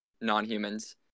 non-humans